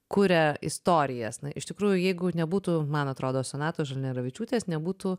kuria istorijas na iš tikrųjų jeigu nebūtų man atrodo sonatos žalneravičiūtės nebūtų